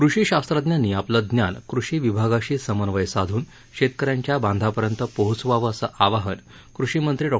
कृषी शास्त्रज्ञांनी आपलं ज्ञान कृषी विभागाशी समन्वय साधून शेतकऱ्यांच्या बांधापर्यंत पोहचवावं असं आवाहन कृषी मंत्री डॉ